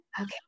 Okay